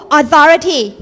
authority